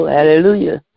Hallelujah